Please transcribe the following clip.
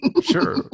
Sure